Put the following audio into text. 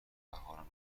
بهارم